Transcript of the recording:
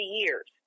years